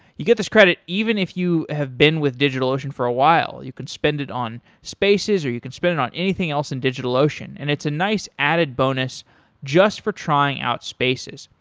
you get this credit even if you have been with digitalocean for a while. you can spend it on spaces or you can spend it on anything else in digitalocean, and it's a nice added bonus just for trying out spaces.